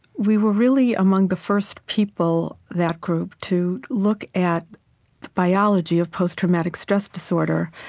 we were really among the first people, that group, to look at the biology of post-traumatic stress disorder.